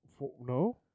No